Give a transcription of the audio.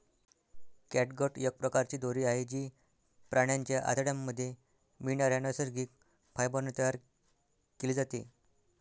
catgut एक प्रकारची दोरी आहे, जी प्राण्यांच्या आतड्यांमध्ये मिळणाऱ्या नैसर्गिक फायबर ने तयार केली जाते